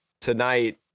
tonight